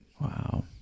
Wow